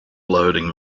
loading